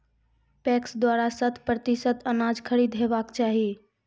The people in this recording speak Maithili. पैक्स द्वारा शत प्रतिसत अनाज खरीद हेवाक चाही?